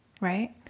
right